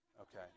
Okay